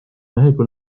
mehega